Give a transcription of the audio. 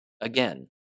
Again